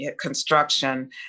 construction